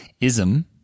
Ism